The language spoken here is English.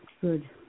Good